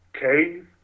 Cave